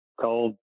cold